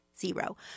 zero